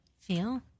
Feel